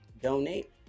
donate